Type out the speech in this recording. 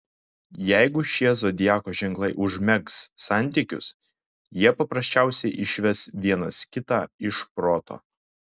jeigu šie zodiako ženklai užmegs santykius jie paprasčiausiai išves vienas kitą iš proto